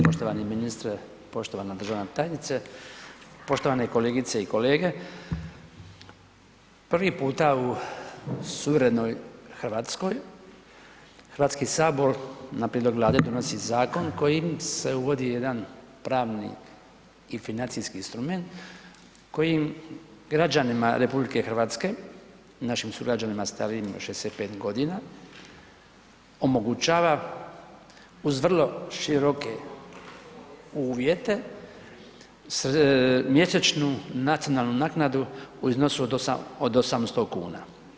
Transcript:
Poštovani ministre, poštovana državna tajnice, poštovane kolegice i kolege, prvi puta u suverenoj Hrvatskoj, Hrvatski sabor na prijedlog Vlade donosi zakon kojim se uvodi jedan pravni i financijski instrument kojim građanima RH, našim sugrađanima starijima od 65 godina omogućava uz vrlo široke uvjete mjesečnu nacionalnu naknadu u iznosu od 800 kuna.